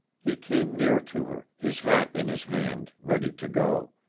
he came near to her, his hat in his hand, ready to go.